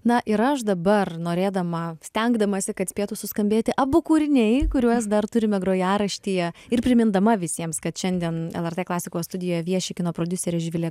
na ir aš dabar norėdama stengdamasi kad spėtų suskambėti abu kūriniai kuriuos dar turime grojaraštyje ir primindama visiems kad šiandien lrt klasikos studijoje vieši kino prodiuserė živilė